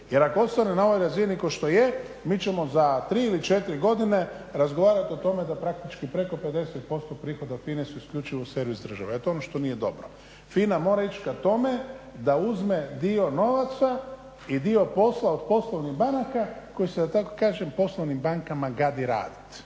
jer ako ostane na ovoj razini kao što je mi ćemo za tri ili četiri godine razgovarati o tome da praktički preko 50% prihoda od FINA-e su isključivo servis države, a to je ono što nije dobro. FINA mora ići ka tome da uzme dio novaca i dio posla od poslovnih banaka koji se da tako kažem poslovnim bankama gadi raditi.